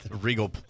Regal